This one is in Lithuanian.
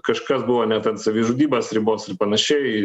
kažkas buvo net ant savižudybės ribos ir panašiai